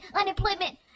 unemployment